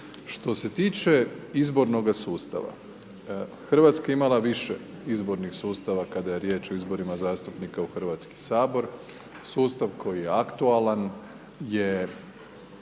Što se tiče izbornoga sustava, Hrvatska je imala više izbornih sustava kada je riječ o izborima zastupnika u HS. Sustav koji je aktualan je